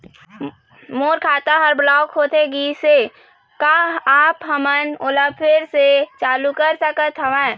मोर खाता हर ब्लॉक होथे गिस हे, का आप हमन ओला फिर से चालू कर सकत हावे?